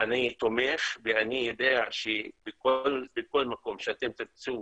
אני תומך ואני יודע שבכל מקום שתרצו,